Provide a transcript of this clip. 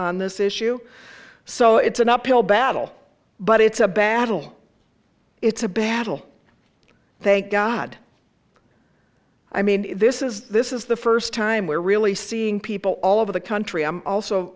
on this issue so it's an uphill battle but it's a battle it's a battle thank god i mean this is this is the first time we're really seeing people all over the country i'm also